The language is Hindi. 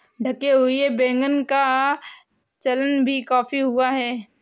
ढके हुए वैगन का चलन भी काफी हुआ था